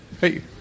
Hey